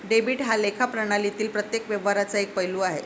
debit हा लेखा प्रणालीतील प्रत्येक व्यवहाराचा एक पैलू आहे